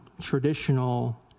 traditional